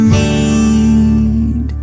need